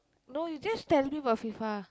no you just tell me about FIFA